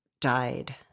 died